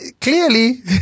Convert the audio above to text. Clearly